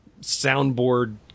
soundboard